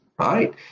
right